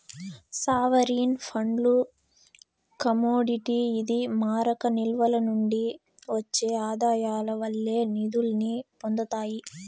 sovereign ఫండ్లు commodity ఇది మారక నిల్వల నుండి ఒచ్చే ఆదాయాల వల్లే నిదుల్ని పొందతాయి